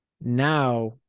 Now